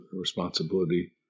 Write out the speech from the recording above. responsibility